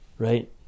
Right